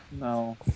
No